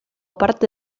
parte